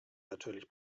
natürlich